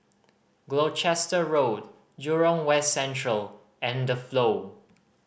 Gloucester Road Jurong West Central and The Flow